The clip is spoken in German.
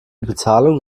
bezahlung